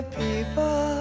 people